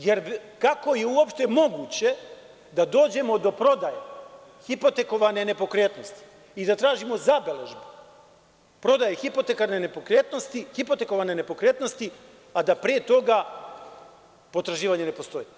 Jer, kako je uopšte moguće da dođemo do prodaje hipotekovane nepokretnosti i da tražimo zabeležbu prodaje hipotekovane nepokretnosti a da pre toga potraživanje ne postoji?